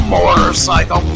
Motorcycle